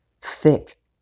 thick